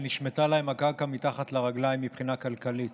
שנשמטה להם הקרקע מתחת לרגליים מבחינה כלכלית,